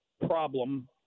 problem